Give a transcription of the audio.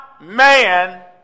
man